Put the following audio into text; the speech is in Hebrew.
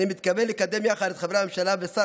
אני מתכוון לקדם יחד עם חברי הממשלה ושר